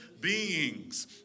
beings